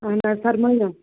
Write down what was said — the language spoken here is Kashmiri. اَہن حظ فرمٲیو